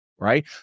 Right